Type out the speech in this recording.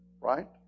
right